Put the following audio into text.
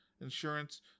insurance